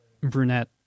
brunette